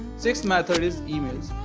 sixth method is emails